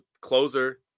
closer